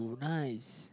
nice